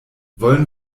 wollen